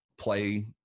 play